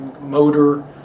motor